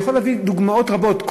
אני יכול להביא דוגמאות רבות.